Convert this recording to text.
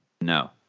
No